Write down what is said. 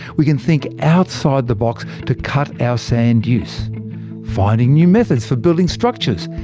we can think outside the box to cut our sand use finding new methods for building structures,